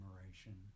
admiration